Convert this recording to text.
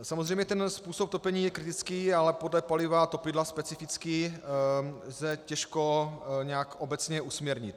Samozřejmě ten způsob topení je kritický, ale podle paliva a topidla specifický, lze těžko to nějak obecně usměrnit.